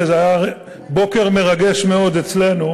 זה היה בוקר מרגש אצלנו,